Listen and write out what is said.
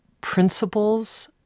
principles